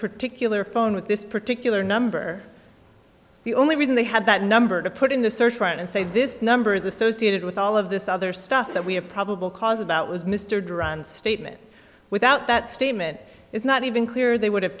particular phone with this particular number the only reason they had that number to put in the search warrant and say this number is associated with all of this other stuff that we have probable cause about was mr durant's statement without that statement it's not even clear they would